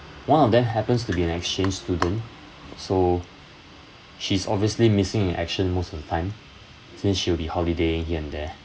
one of them happens to be an exchange student so she's obviously missing in action most of the time since she'll be holidaying here and there